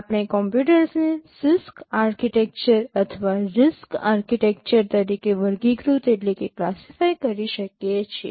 આપણે કમ્પ્યુટરને CISC architecture અથવા RISC આર્કિટેક્ચર તરીકે વર્ગીકૃત કરી શકીએ છીએ